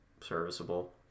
serviceable